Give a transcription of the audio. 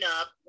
up